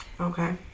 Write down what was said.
Okay